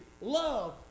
love